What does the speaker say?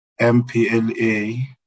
MPLA